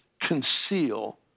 conceal